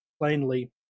plainly